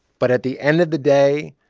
but at the end of the day,